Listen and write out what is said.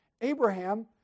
Abraham